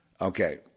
okay